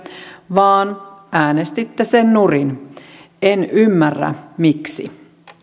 vaan äänestitte sen nurin en ymmärrä miksi